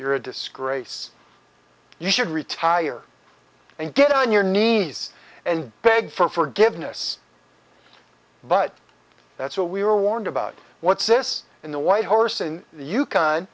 you're a disgrace you should retire and get on your knees and beg for forgiveness but that's what we were warned about what's this in the white horse in the